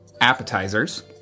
appetizers